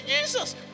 Jesus